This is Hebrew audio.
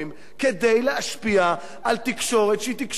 להשפיע על תקשורת שהיא תקשורת שאמורה להיות,